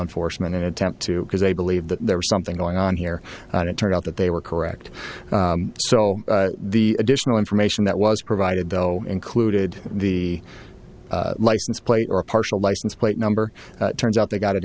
enforcement attempt to because they believe that there was something going on here and it turned out that they were correct so the additional information that was provided though included the license plate or partial license plate number turns out they got it